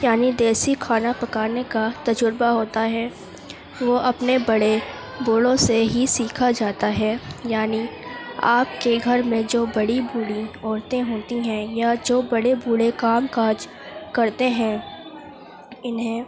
یعنی دیسی کھانا پکانے کا تجربہ ہوتا ہے وہ اپنے بڑے بوڑھوں سے ہی سیکھا جاتا ہے یعنی آپ کے گھر میں جو بڑی بوڑھی عورتیں ہوتی ہیں یا جو بڑی بوڑھے کام کاج کرتے ہیں انہیں